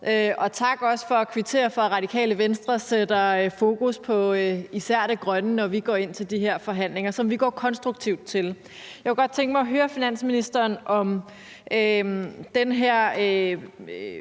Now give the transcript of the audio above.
Tak også for at kvittere for, at Radikale Venstre sætter fokus på især det grønne, når vi går ind til de her forhandlinger, som vi går konstruktivt til. Jeg kunne godt tænke mig at høre finansministeren om den her